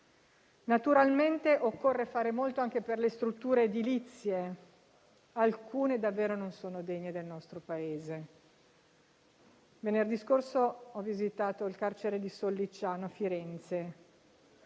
Naturalmente, occorre fare molto anche per le strutture edilizie: alcune davvero non sono degne del nostro Paese. Venerdì scorso ho visitato il carcere di Sollicciano a Firenze: